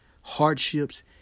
hardships